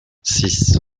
six